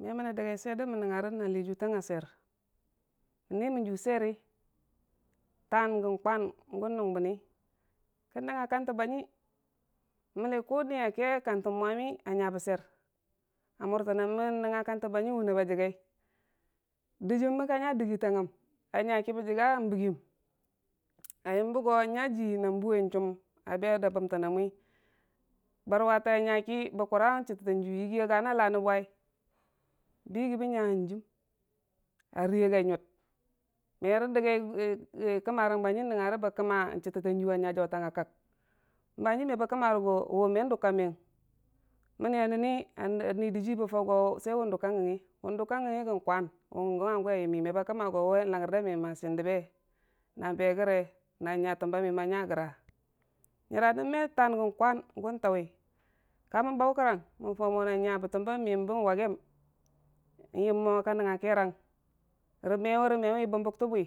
me mənnən dagi swer dimən nəngnga rən a cii jutanf a sweir, mən nii mən ju sweiri, tan kən kwan gu nugbəm, kən nəngnga kante bani, mənni ku nii ga ke kante mwami a nya be swer, a murtənna mən nəngnga kantə baniyu wune ba jigai dɨjiim ba nya digitang ngəm a nya kə bə jiga bigəm a yəmbə go nyajii, na buwe chum na be a bəmtənna mwi, barwate a nyaki bən kura chitətajiyu, yigi a gana Lani bwaiyu, bən gigi bən nya hangim, a riiya gai nyug me rə dəgaic kəm morang hanjim nəngngore bə kəmma chitətajiyu a nya jautangnga kag. ba hanjim me bə kəmmare go we me dugka miyən, mənmi a nənni, nii dɨjii bə fau go sai wun dʊg ka gəngngi, wu dʊgka gəng gən kwan, wa gu hangu a yəmmi, me ba kəmma go we n'laggər da mɨyən mabi n'dəbbe na be gəre na nya təmba miyən a nya gəra, nyəra nən me tan kən kwan, gun tauwi, kamən bau kərang mən Faumo nyan bətəm ba miyəm bən wagəm n'yəmmo ka nəngnga kerang rə mewi rəmewi bən bʊgtə bwi,